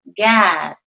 God